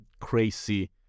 crazy